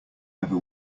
ever